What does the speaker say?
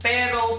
Pero